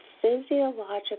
physiological